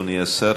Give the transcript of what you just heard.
אדוני השר,